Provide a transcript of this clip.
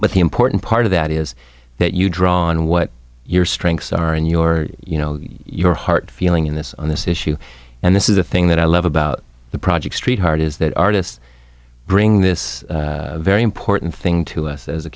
but the important part of that is that you draw on what your strengths are and your you know your heart feeling in this on this issue and this is the thing that i love about the project st heart is that artists bring this very important thing to us as a